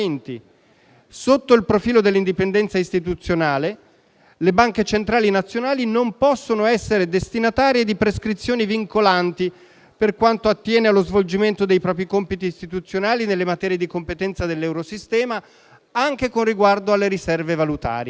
Sotto il profilo dell'indipendenza istituzionale, le banche centrali nazionali, non possono essere destinatarie di prescrizioni vincolanti per quanto attiene allo svolgimento dei propri compiti istituzionali nelle materie di competenza del loro sistema, anche con specifico riguardo alle riserve valutarie».